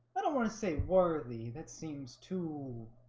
but don't want to say worthy that seems to